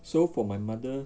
so for my mother